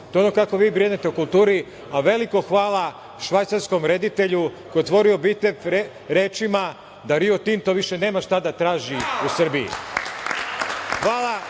To je ono kako vi brinete o kulturi, a veliko hvala švajcarskom reditelju koji je otvorio Bitef rečima da Rio Tinto više nema šta da traži u Srbiji. Hvala